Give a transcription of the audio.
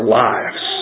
lives